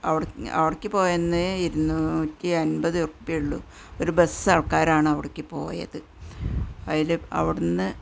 അവിട് അവിടേക്ക് പോയന്ന് ഇരുന്നൂറ്റി അൻപത് ഉറുപ്പിയെ ഉള്ളു ഒരു ബസ് ആള്ക്കാരാണ് അവിടേക്ക് പോയത് അതിൽ അവിടെ നിന്ന്